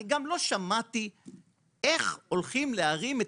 אני גם לא שמעתי איך הולכים להרים את